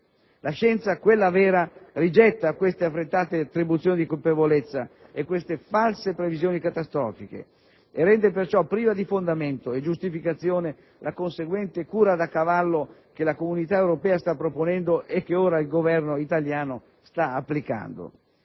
La scienza, quella vera, rigetta queste affrettate attribuzioni di colpevolezza e queste false previsioni catastrofiche e rende perciò priva di fondamento e giustificazione la conseguente cura da cavallo che l'Unione Europea sta proponendo e che ora il Governo italiano sta applicando.